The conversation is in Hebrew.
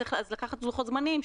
צריך לקחת לוחות זמנים.